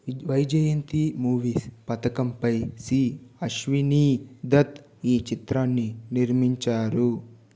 వి Vyjayanthi movies పతకంపై C Ashwini Dutt ఈ చిత్రాన్ని నిర్మించారు